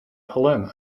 palermo